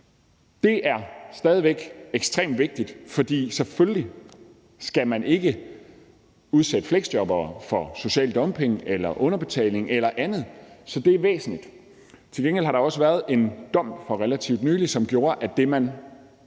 Det er stadig ekstremt vigtigt, for selvfølgelig skal man ikke udsætte fleksjobbere for social dumping, underbetaling eller andet, så det er væsentligt. Til gengæld har der også for relativt nylig været en dom, som gjorde, at det, man